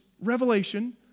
revelation